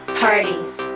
parties